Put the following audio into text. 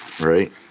right